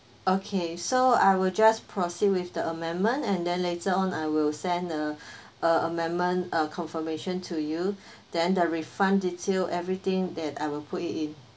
okay so I will just proceed with the amendment and then later on I will send the uh amendment uh confirmation to you then the refund detail everything that I will put it in